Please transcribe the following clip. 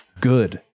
good